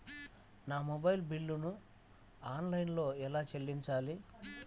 నా మొబైల్ బిల్లును ఆన్లైన్లో ఎలా చెల్లించాలి?